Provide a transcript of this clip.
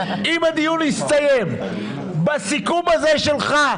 אם הדיון יסתיים בסיכום הזה שלך,